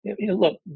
look